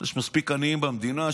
יש מספיק עניים במדינה.